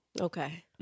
Okay